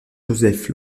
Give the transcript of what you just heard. joseph